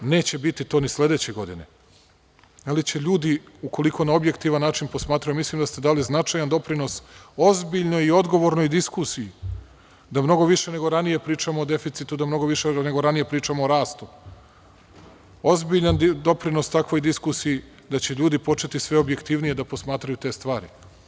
Neće biti to ni sledeće godine, ali će ljudi, ukoliko na objektivan način posmatraju, a mislim da ste dali značajan doprinos ozbiljnoj i odgovornoj diskusiji, da mnogo više nego ranije pričamo o deficitu, da mnogo više nego ranije pričamo o rastu, ozbiljan doprinos takvoj diskusiji da će ljudi početi sve objektivnije da posmatraju te stvari.